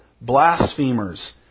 blasphemers